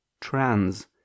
trans